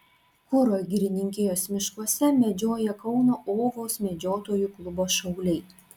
kuro girininkijos miškuose medžioja kauno ovos medžiotojų klubo šauliai